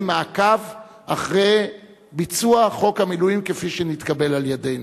מעקב אחרי ביצוע חוק המילואים כפי שנתקבל על-ידינו.